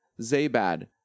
Zabad